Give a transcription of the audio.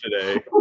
today